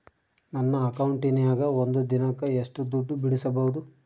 ನನ್ನ ಅಕೌಂಟಿನ್ಯಾಗ ಒಂದು ದಿನಕ್ಕ ಎಷ್ಟು ದುಡ್ಡು ಬಿಡಿಸಬಹುದು?